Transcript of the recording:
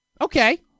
Okay